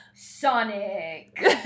sonic